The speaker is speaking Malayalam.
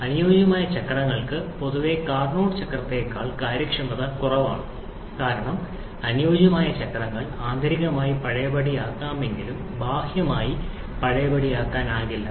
അനുയോജ്യമായ ചക്രങ്ങൾക്ക് പൊതുവെ കാർനോട്ട് ചക്രത്തേക്കാൾ കാര്യക്ഷമത കുറവാണ് കാരണം അനുയോജ്യമായ ചക്രങ്ങൾ ആന്തരികമായി പഴയപടിയാക്കാമെങ്കിലും ബാഹ്യമായി പഴയപടിയാക്കാനാകില്ല